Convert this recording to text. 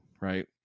Right